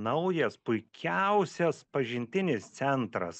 naujas puikiausias pažintinis centras